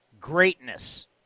Greatness